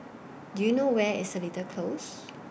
Do YOU know Where IS Seletar Close